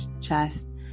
chest